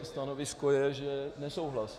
Stanovisko je nesouhlas.